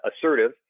assertive